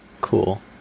cool